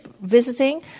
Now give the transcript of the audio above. visiting